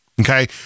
Okay